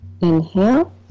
inhale